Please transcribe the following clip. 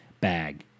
bag